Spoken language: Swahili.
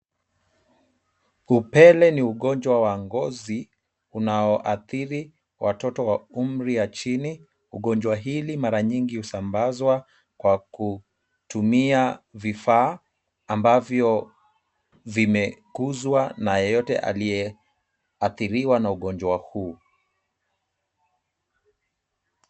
Upele ni ugonjwa wa ngozi unaoathiri watoto wa umri ya chini. Ugonjwa hili mara nyingi husambazwa kwa kutumia vifaa ambavyo vimeguzwa na yeyote aliyeathiriwa na ugonjwa huu.